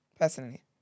personally